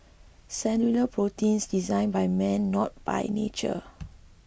cellular proteins designed by man not by nature